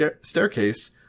staircase